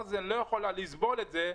אוזן לא יכולה לסבול את זה.